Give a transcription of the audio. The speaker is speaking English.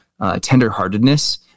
tenderheartedness